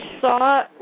saw